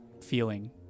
feeling